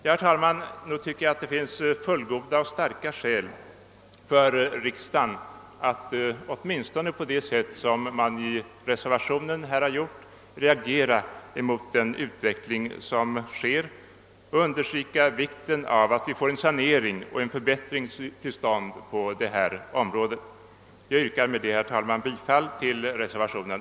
Jag tycker det finns fullgoda och starka skäl för riksdagen att åtminstone på det sätt som föreslagits i reservationen reagera mot den utveckling som pågår och understryka vikten av en sanering och en förbättring på detta område. Herr talman! Med det anförda yrkar jag bifall till reservationen.